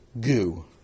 goo